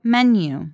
Menu